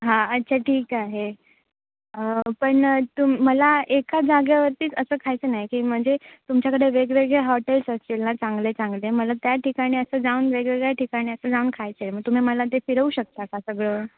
हां अच्छा ठीक आहे पण तुम मला एका जागेवरतीच असं खायचं नाही की म्हणजे तुमच्याकडे वेगवेगळे हॉटेल्स असतील ना चांगले चांगले मला त्या ठिकाणी असं जाऊन वेगवेगळ्या ठिकाणी असं जाऊन खायचं आहे मग तुम्ही मला ते फिरवू शकता का सगळं